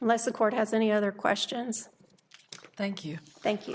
unless a court has any other questions thank you thank you